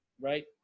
right